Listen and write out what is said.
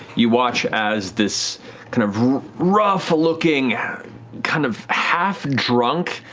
you watch as this kind of rough looking kind of half-drunk,